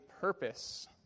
purpose